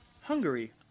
Hungary